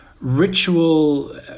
ritual